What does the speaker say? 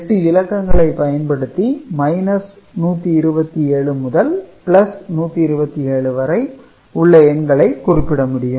8 இலக்கங்களை பயன்படுத்தி 127 முதல் 127 வரை உள்ள எண்களை குறிப்பிட முடியும்